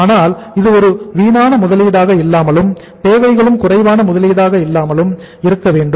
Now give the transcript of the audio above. அதனால் இது ஒரு வீணான முதலீடாக இல்லாமலும் தேவைகளுக்கு குறைவான முதலீடாக இல்லாமலும் இருக்க வேண்டும்